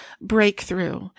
breakthrough